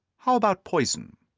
how about poison?